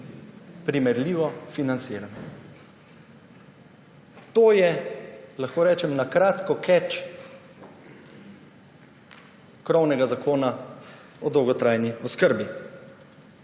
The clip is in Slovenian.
primerljivo financiranje. To je, lahko rečem, na kratko bistvo krovnega zakona o dolgotrajni oskrbi.